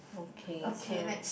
okay so